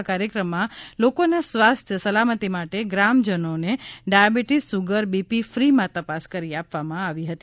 આ કાર્યક્રમમાં લોકોના સ્વાસ્થ્ય સલામતી માટે ગ્રામ જનોને ડાયાબિટીસ સુગર બીપી ફ્રીમાં તપાસ કરી આપવામાં આવી હતી